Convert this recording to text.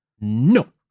No